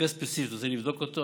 מקרה ספציפי שאתה רוצה שנבדוק אותו,